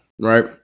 right